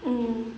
mm